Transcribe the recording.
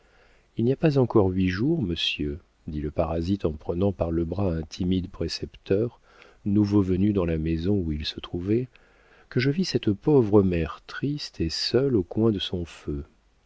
il n'y a pas encore huit jours monsieur dit le parasite en prenant par le bras un timide précepteur nouveau venu dans la maison où il se trouvait que je vis cette pauvre mère triste et seule au coin de son feu